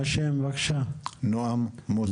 נעם,